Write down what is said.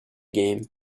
game